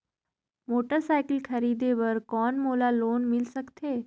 Motorcycle खरीदे बर कौन मोला लोन मिल सकथे?